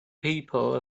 people